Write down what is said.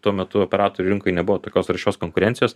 tuo metu operatorių rinkoj nebuvo tokios aršios konkurencijos